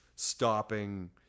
Stopping